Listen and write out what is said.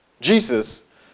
Jesus